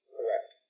Correct